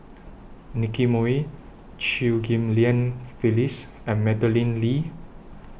Nicky Moey Chew Ghim Lian Phyllis and Madeleine Lee